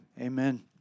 Amen